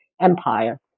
Empire